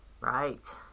right